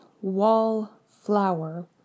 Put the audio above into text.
Wallflower